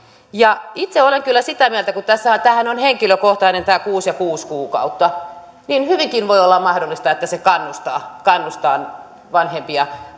itse olen kyllä sitä mieltä että kun tämähän on henkilökohtainen tämä kuusi ja kuusi kuukautta niin hyvinkin voi olla mahdollista että se kannustaa kannustaa vanhempia